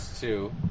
two